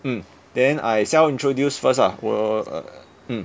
mm then I self introduce first ah 我 uh mm